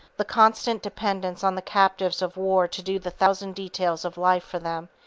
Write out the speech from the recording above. the constant dependence on the captives of war to do the thousand details of life for them,